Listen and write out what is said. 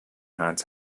had